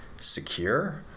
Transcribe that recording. secure